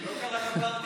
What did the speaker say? לא קרה דבר כזה.